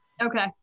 Okay